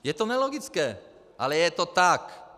Je to nelogické, ale je to tak.